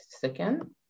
second